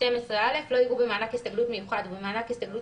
סעיף 12 - לא יראו במענק הסתגלות מיוחד ובמענק הסתגלות